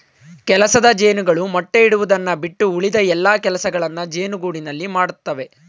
ಕೆಲಸದ ಜೇನುಗಳು ಮೊಟ್ಟೆ ಇಡುವುದನ್ನು ಬಿಟ್ಟು ಉಳಿದ ಎಲ್ಲಾ ಕೆಲಸಗಳನ್ನು ಜೇನುಗೂಡಿನಲ್ಲಿ ಮಾಡತ್ತವೆ